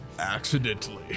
Accidentally